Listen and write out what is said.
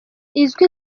izwi